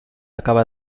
acaba